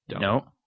No